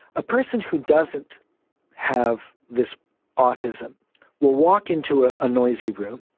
a person who doesn't have this autism will walk into ah a noisy room,